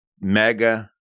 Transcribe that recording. mega